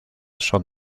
son